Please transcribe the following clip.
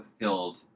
fulfilled